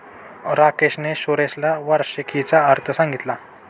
राकेशने सुरेशला वार्षिकीचा अर्थ सांगितला